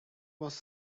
was